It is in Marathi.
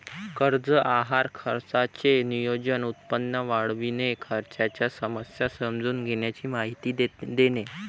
कर्ज आहार खर्चाचे नियोजन, उत्पन्न वाढविणे, खर्चाच्या समस्या समजून घेण्याची माहिती देणे